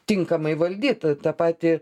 tinkamai valdyt tą patį